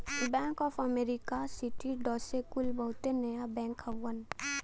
bank of America, Citi, Deutsche कुल बहुते नया बैंक हउवन